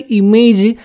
image